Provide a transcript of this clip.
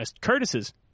Curtis's